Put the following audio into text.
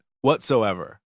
whatsoever